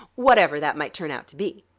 whatever that might turn out to be.